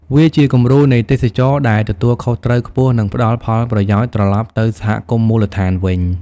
វាជាគំរូនៃទេសចរណ៍ដែលទទួលខុសត្រូវខ្ពស់ និងផ្តល់ផលប្រយោជន៍ត្រឡប់ទៅសហគមន៍មូលដ្ឋានវិញ។